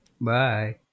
Bye